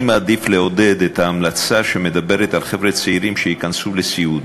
אני מעדיף לעודד את ההמלצה שמדברת על חבר'ה צעירים שייכנסו לסיעוד.